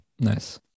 Nice